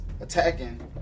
attacking